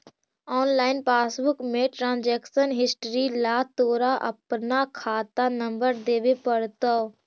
online passbook में transaction history ला तोरा अपना खाता नंबर देवे पडतो